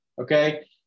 Okay